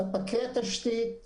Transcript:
ספקי תשתית פיזיו-אלחוטי,